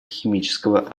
химического